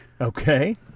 Okay